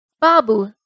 Babu